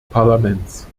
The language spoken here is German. parlaments